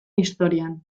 historian